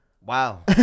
Wow